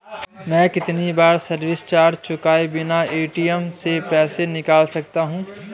मैं कितनी बार सर्विस चार्ज चुकाए बिना ए.टी.एम से पैसे निकाल सकता हूं?